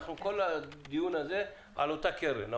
אנחנו מדברים בכל הדיון הזה על אותה קרן.